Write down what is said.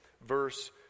verse